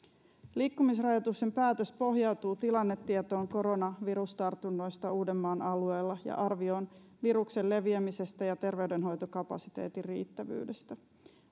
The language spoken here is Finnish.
liikkumisrajoituksen päätös pohjautuu tilannetietoon koronavirustartunnoista uudenmaan alueella ja arvioon viruksen leviämisestä ja terveydenhoitokapasiteetin riittävyydestä